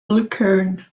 lucerne